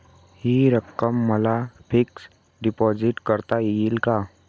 हि रक्कम मला फिक्स डिपॉझिट करता येईल का?